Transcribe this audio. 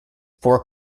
four